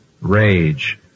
Rage